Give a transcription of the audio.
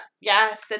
Yes